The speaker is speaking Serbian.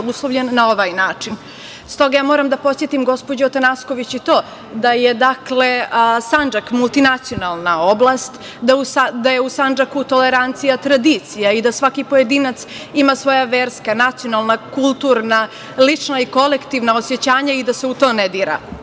uslovljen na ovaj način. Stoga moram da podsetim gospođu Atanasković i to da je Sandžak multinacionalna oblast, da je u Sandžaku tolerancija tradicija i da svaki pojedinac ima svoja verska, nacionalna, kulturna, lična i kolektivna osećanja i da se u to ne